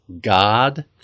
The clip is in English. God